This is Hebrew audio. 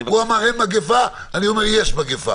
הוא אמר: אין מגפה.